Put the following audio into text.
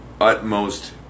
utmost